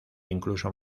incluso